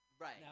right